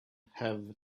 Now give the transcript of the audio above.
have